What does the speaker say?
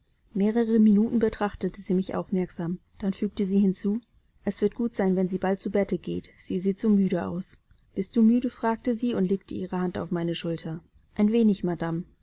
mehrere minuten betrachtete sie mich aufmerksam dann fügte sie hinzu es wird gut sein wenn sie bald zu bette geht sie steht so müde aus bist du müde fragte sie und legte ihre hand auf meine schulter ein wenig madame